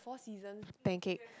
Four-Seasons pancake